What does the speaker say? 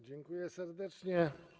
Dziękuję serdecznie.